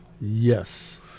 yes